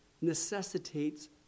necessitates